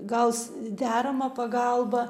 gaus deramą pagalbą